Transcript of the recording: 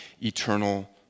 eternal